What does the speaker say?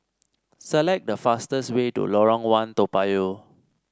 select the fastest way to Lorong One Toa Payoh